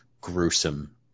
gruesome